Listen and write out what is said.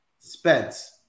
Spence